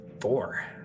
four